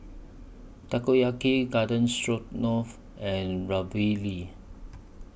Takoyaki Garden Stroganoff and Ravioli